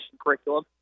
curriculum